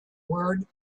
word